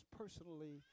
personally